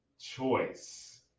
choice